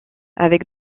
avec